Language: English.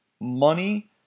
money